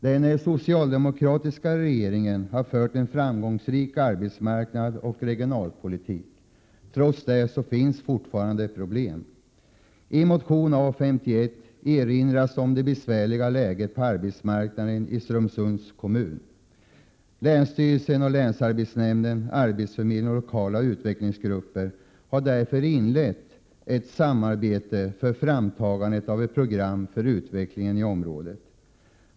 Den socialdemokratiska regeringen har fört en framgångsrik arbetsmarknadsoch regionalpolitik. Trots det finns fortfarande problem. Länsstyrelsen, länsarbetsnämnden, arbetsförmedlingen och lokala utvecklingsgrupper har därför inlett ett samarbete för framtagande av ett program för utveckling i området.